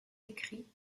écrit